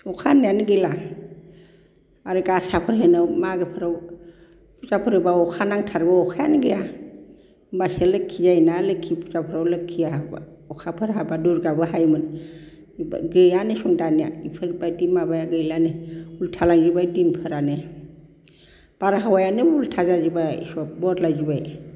अखा होननायानो गैला आरो गासाफोर हैनायाव मागोफोराव फुजाफोर होबा अखा नांथारगौ अखायानो गैया होनबासो लोखि जायोना लोखि फुजाफोराव लोखिया हाबो अखोफोर हाबा दुर्गाबो हायोमोन गैयानोसन दानिया बेफोरबायदि माबाया गैलानो उल्था लांजोबबाय दिनफोरानो बारहावायानो उल्था जाजोबबाय सब बदलायजोबबाय